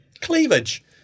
Cleavage